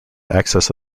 access